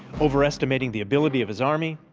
overestimating the ability of his army,